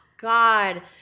God